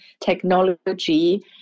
technology